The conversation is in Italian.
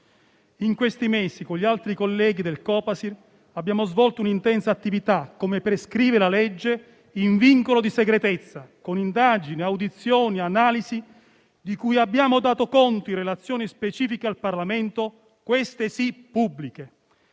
In questi mesi, con gli altri colleghi del Copasir abbiamo svolto un'intensa attività, come prescrive la legge, in vincolo di segretezza, con indagini, audizioni e analisi di cui abbiamo dato conto in relazioni specifiche al Parlamento - queste sì - pubbliche.